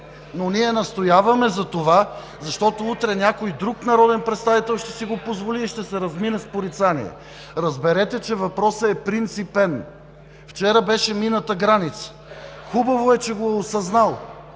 Но ние настояваме за това, защото утре някой друг народен представители ще си го позволи и ще се размине с порицание. Разберете, че въпросът е принципен. Вчера беше мината граница. (Шум и реплики.) Хубаво е, че го е осъзнал